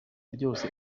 byose